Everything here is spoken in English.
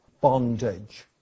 bondage